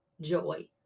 joy